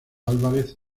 álvarez